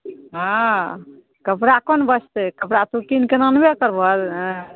कपड़ा कोन बचतै कपड़ा तू किन कऽ नानबे करबऽ